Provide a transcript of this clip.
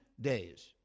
days